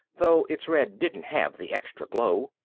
though its red didn't have the extra glow.